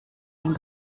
ein